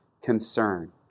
concern